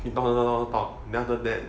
he talk talk talk then after that